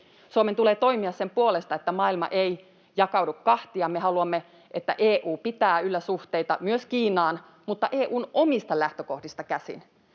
Suomen tulee toimia sen puolesta, että maailma ei jakaudu kahtia. Me haluamme, että EU pitää yllä suhteita myös Kiinaan mutta EU:n omista lähtökohdista käsin.